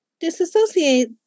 disassociate